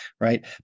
Right